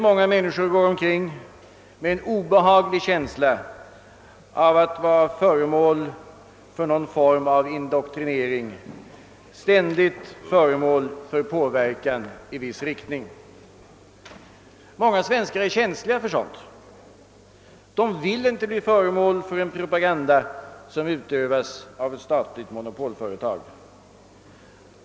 Många människor går omkring med en obehaglig känsla av att vara föremål för någon form av indoktrinering, ständigt utsatta för påverkan i viss riktning. Många svenskar är känsliga för sådant. De vill inte bli föremål för en propaganda, som utövas av ett statligt monopolföretag.